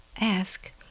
ask